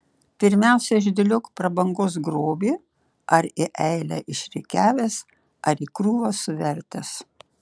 pirmiausia išdėliok prabangos grobį ar į eilę išrikiavęs ar į krūvą suvertęs